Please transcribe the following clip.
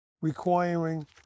requiring